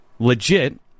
legit